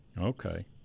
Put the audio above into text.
Okay